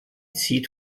zieht